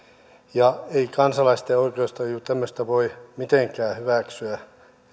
ja ei kansalaisten oikeustaju tämmöistä voi mitenkään hyväksyä